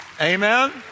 Amen